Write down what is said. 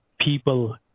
people